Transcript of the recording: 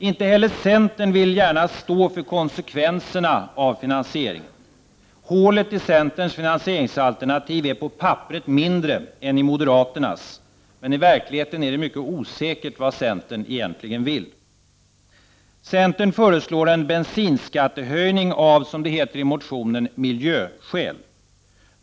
Inte heller centern vill gärna stå för konsekvenserna av finansieringen. Hålet i centerns finansieringsalternativ är på papperet mindre än i moderaternas, men i verkligheten är det mycket osäkert vad centern egentligen vill. Centern föreslår en bensinskattehöjning av, som det heter i motionen, miljöskäl.